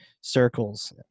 circles